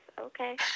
Okay